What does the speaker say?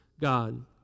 God